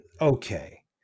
okay